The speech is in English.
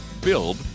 Build